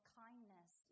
kindness